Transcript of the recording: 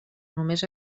només